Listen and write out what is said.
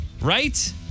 right